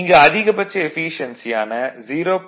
இங்கு அதிகபட்ச எஃபீசியென்சி ஆன 0